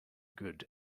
good